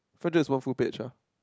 for this one full page ah